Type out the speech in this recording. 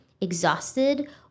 exhausted